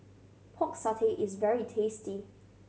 Pork Satay is very tasty